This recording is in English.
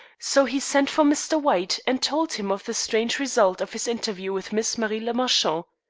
so he sent for mr. white and told him of the strange result of his interview with miss marie le marchant.